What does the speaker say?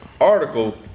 article